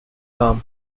calm